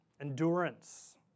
endurance